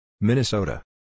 Minnesota